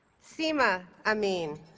seema amin